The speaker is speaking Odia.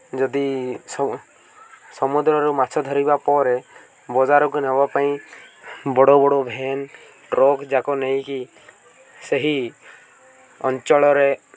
ଯଦି ସମୁଦ୍ରରୁ ମାଛ ଧରିବା ପରେ ବଜାରକୁ ନେବା ପାଇଁ ବଡ଼ ବଡ଼ ଭେନ୍ ଟ୍ରକ୍ଯାକ ନେଇକି ସେହି ଅଞ୍ଚଳରେ